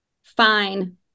Fine